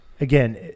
again